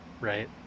right